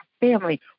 family